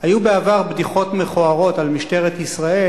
היו בעבר בדיחות מכוערות על משטרת ישראל.